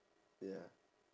ya